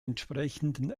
entsprechenden